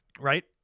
right